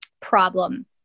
problem